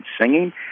singing